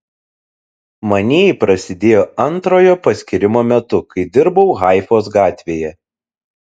manieji prasidėjo antrojo paskyrimo metu kai dirbau haifos gatvėje